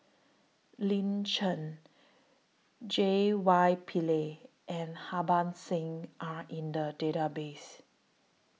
Lin Chen J Y Pillay and Harbans Singh Are in The Database